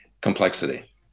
complexity